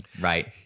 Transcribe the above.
right